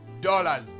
dollars